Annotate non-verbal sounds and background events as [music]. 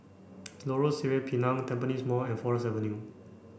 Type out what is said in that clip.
Lorong Sireh Pinang Tampines Mall and Forest [unintelligible]